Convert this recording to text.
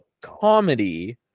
comedy